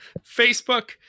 Facebook